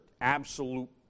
absolute